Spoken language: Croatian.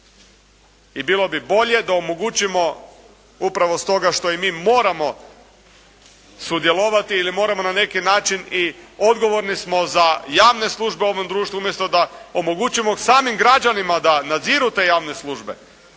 I bilo bi bolje da omogućimo, upravo stoga što mi moramo sudjelovati ili moramo na neki način i odgovorni smo za javne službe u ovom društvu umjesto da omogućimo samim građanima da nadziru te javne službe.